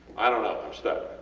i dont know im stuck.